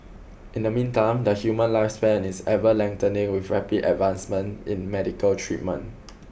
in the meantime the human lifespan is ever lengthening with rapid advancements in medical treatment